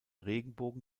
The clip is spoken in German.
regenbogen